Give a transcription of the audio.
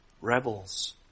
rebels